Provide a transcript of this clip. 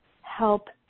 help